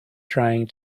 trying